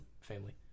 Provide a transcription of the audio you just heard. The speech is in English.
family